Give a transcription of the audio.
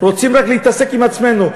רוצים רק להתעסק עם עצמנו.